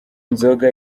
nzoga